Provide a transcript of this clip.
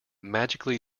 magically